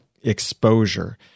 exposure